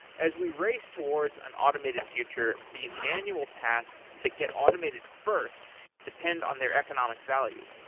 as we raise towards an automated future, the manual tasks that get automated first depend on their economic value.